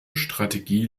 strategie